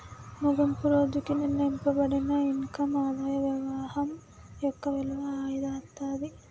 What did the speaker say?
ముగింపు రోజుకి నిర్ణయింపబడిన ఇన్కమ్ ఆదాయ పవాహం యొక్క విలువ అయితాది